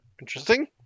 interesting